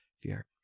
fear